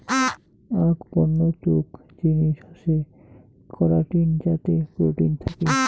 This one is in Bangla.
আক বন্য তুক জিনিস হসে করাটিন যাতে প্রোটিন থাকি